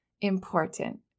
important